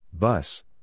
Bus